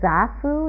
Zafu